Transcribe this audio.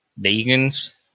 vegans